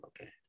Okay